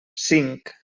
cinc